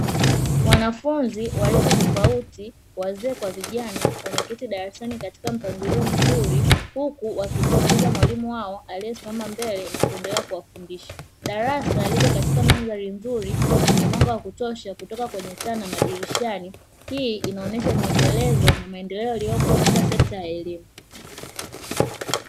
Wanafunzi wa rika tofauti wazee kwa vijana wameketi darasani katika mpangilio mzuri huku wakimsikiliza mwalimu wao aliyesimama mbele na kuendelea kuwafundisha, darasa liko katika mandhari nzuri yenye mwanga wa kutosha kutoka kwenye taa na madirishani, hii inaonesha mwendelezo wa maendeleo uliopo katika sekta ya elimu.